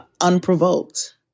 unprovoked